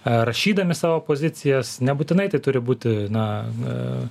rašydami savo pozicijas nebūtinai tai turi būti na